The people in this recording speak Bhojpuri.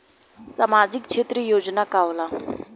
सामाजिक क्षेत्र योजना का होला?